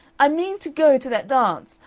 i mean to go to that dance!